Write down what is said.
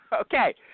Okay